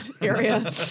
area